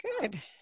Good